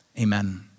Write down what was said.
Amen